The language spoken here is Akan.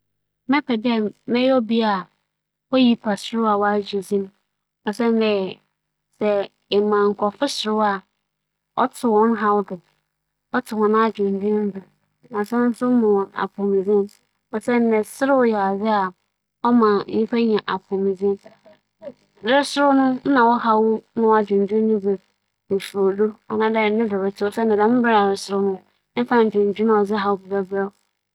Mebɛpɛ dɛ mebɛyɛ obi a mesaw a m'agye dzin kyɛn dɛ obi a miyi paserew a m'agye dzin. Siantsir nye dɛ, paserew ne nyii no, ͻno ͻfa enyigyesɛm nkotsee naaso asaw dze, sɛ mesaw a ͻma metsentsen m'apͻw mu na ͻsan so dze enyigye berɛ nkorͻfo. Ndɛ abaɛfor ntentɛn kɛse do ihu dɛ nkorͻfo pii na wͻsaw na wͻtsentsen hͻn apͻw mu na wͻsan wͻdze ma nkorͻfo enyigye so.